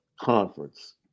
conference